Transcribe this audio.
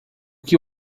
que